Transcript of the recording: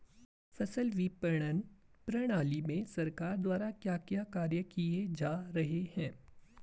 फसल विपणन प्रणाली में सरकार द्वारा क्या क्या कार्य किए जा रहे हैं?